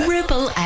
Ripple